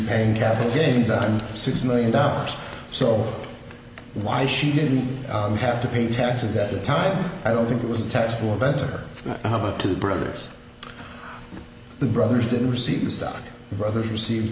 paying capital gains on six million dollars so why she didn't have to pay taxes at the time i don't think it was a test will better how much two brothers the brothers didn't receive the stock brothers received